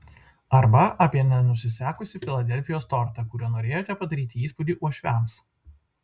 arba apie nenusisekusį filadelfijos tortą kuriuo norėjote padaryti įspūdį uošviams